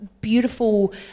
beautiful